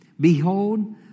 Behold